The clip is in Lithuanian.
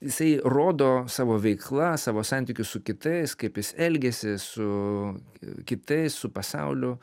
jisai rodo savo veikla savo santykiu su kitais kaip jis elgiasi su kitais su pasauliu